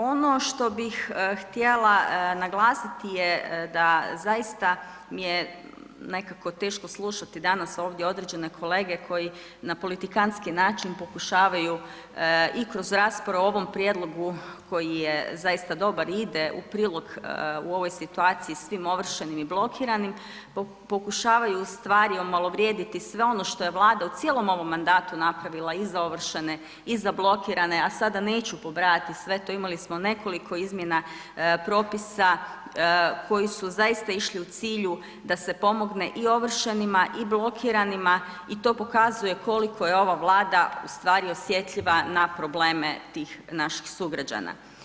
Ono što bih htjela naglasiti je da mi je zaista nekako teško slušati danas ovdje određene kolege koji na politikantski način pokušavaju i kroz raspravu o ovom prijedlogu koji je zaista dobar i ide u prilog u ovoj situaciji svim ovršenim i blokiranim, pokušavaju omalovrijediti sve ono što je Vlada u cijelom ovom mandatu napravila i za ovršene i za blokirane, a sada neću pobrajati sve to, imali smo nekoliko izmjena propisa koji su zaista išli u cilju da se pomogne i ovršenima i blokiranima i to pokazuje koliko je ova Vlada osjetljiva na probleme tih naših sugrađana.